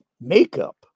makeup